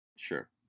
Sure